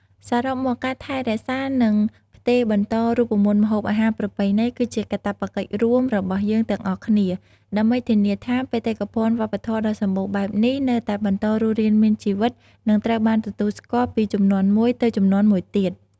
សរុបមក ការថែរក្សា និងផ្ទេរបន្តរូបមន្តម្ហូបអាហារប្រពៃណី គឺជាកាតព្វកិច្ចរួមរបស់យើងទាំងអស់គ្នា ដើម្បីធានាថាបេតិកភណ្ឌវប្បធម៌ដ៏សម្បូរបែបនេះនៅតែបន្តរស់រានមានជីវិត និងត្រូវបានទទួលស្គាល់ពីជំនាន់មួយទៅជំនាន់មួយទៀត។